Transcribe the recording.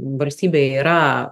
valstybė yra